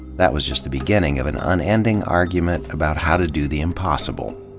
that was just the beginning of an unending argument about how to do the impossible,